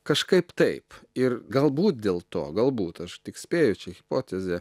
kažkaip taip ir galbūt dėl to galbūt aš tik spėju čia hipotezė